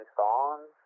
songs